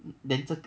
then 这个